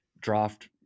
draft